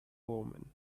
woman